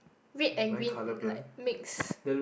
red and green like mix